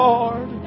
Lord